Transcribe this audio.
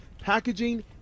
packaging